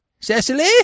Cecily